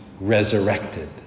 resurrected